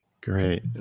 Great